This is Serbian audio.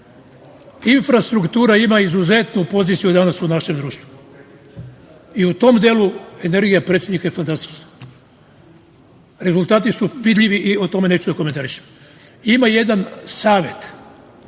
infrastruktura ima izuzetnu poziciju u našem društvu, i u tom delu energija predsednika je fantastičan. Rezultati su vidljivi i o tome neću da komentarišem. Ima jedan savet,